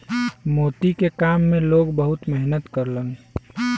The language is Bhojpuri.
मोती के काम में लोग बहुत मेहनत करलन